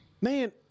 Man